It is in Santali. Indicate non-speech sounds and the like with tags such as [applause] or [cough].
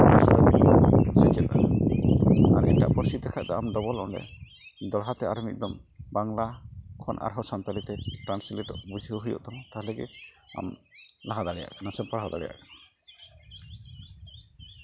[unintelligible] ᱟᱨ ᱮᱴᱟᱜ ᱯᱟᱹᱨᱥᱤ ᱛᱮᱠᱷᱟᱡ ᱫᱚ ᱟᱢ ᱰᱚᱵᱚᱞ ᱚᱸᱰᱮ ᱫᱚᱦᱲᱟᱛᱮ ᱟᱨ ᱢᱤᱫ ᱫᱚᱢ ᱵᱟᱝᱞᱟ ᱠᱷᱚᱱ ᱟᱨᱦᱚᱸ ᱥᱟᱱᱛᱟᱲᱤ ᱛᱮ ᱴᱨᱟᱱᱥᱞᱮᱴᱚᱜ ᱵᱩᱡᱷᱟᱹᱣ ᱦᱩᱭᱩᱜ ᱛᱟᱢᱟ ᱛᱟᱦᱚᱞᱮ ᱜᱮ ᱟᱢ ᱞᱟᱦᱟ ᱫᱟᱲᱮᱭᱟᱜ ᱠᱟᱱᱟ ᱥᱮ ᱯᱟᱲᱦᱟᱣ ᱫᱟᱲᱮᱭᱟᱜ ᱠᱟᱱᱟ